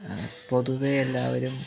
പൊതുവേ എല്ലാവരും